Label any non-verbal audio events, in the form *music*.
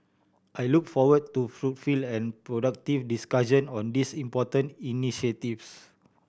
I look forward to *unintelligible* and productive discussion on these important initiatives